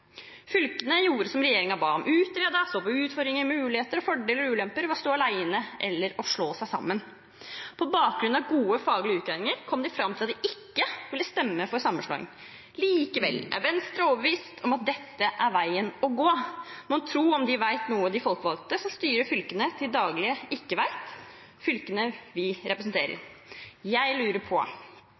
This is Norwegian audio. Fylkene gjorde som regjeringen ba om – de utredet, så på utfordringer, muligheter, fordeler og ulemper ved å stå alene eller å slå seg sammen. På bakgrunn av gode faglige utredninger kom de fram til at de ikke ville stemme for sammenslåing. Likevel er Venstre overbevist om at dette er veien å gå. Mon tro om de vet noe de folkevalgte som styrer fylkene til daglig – også det fylket vi representerer – ikke vet. Jeg lurer på: